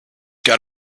got